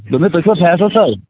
دۄپمٕے تُہۍ چھُوا فٮ۪صل صٲب